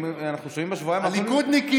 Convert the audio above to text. אנחנו שומעים בשבועיים האחרונים שהם